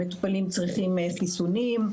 המטופלים צריכים חיסונים,